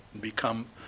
become